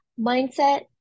Mindset